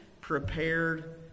prepared